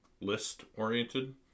list-oriented